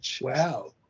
Wow